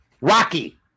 Rocky